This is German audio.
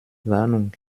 warnung